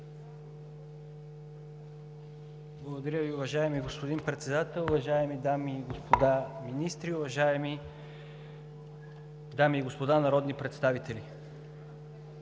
Благодаря Ви, уважаеми господин Председател. Уважаеми дами и господа министри, уважаеми дами и господа народни представители!